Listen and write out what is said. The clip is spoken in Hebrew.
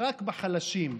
רק בחלשים.